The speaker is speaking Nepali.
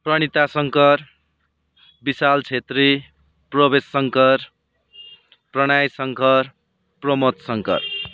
प्रणिता शङ्कर विशाल छेत्री प्रवेश शङ्कर प्रणय शङ्कर प्रमोद शङ्कर